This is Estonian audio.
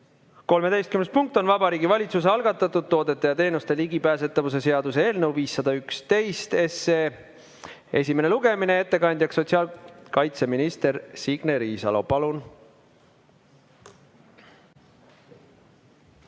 13. punkt on Vabariigi Valitsuse algatatud toodete ja teenuste ligipääsetavuse seaduse eelnõu 511 esimene lugemine. Ettekandja on sotsiaalkaitseminister Signe Riisalo. Palun!